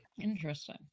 Interesting